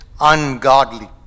ungodly